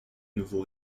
nouveau